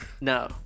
No